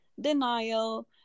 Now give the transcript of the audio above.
denial